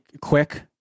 quick